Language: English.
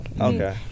okay